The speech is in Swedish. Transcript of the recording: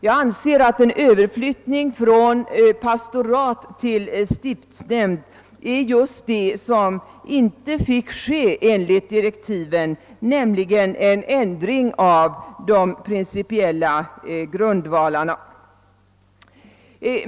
Jag anser att en överflyttning från pastorat till stiftsnämnd är just det som inte fick ske enligt direktiven, då detta innebar en ändring av de principiella grundvalarna.